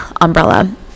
umbrella